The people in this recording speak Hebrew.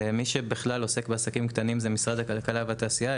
מי שעוסק בעסקים קטנים זה משרד הכלכלה והתעשייה.